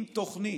עם תוכנית.